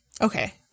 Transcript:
Okay